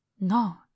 no